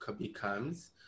becomes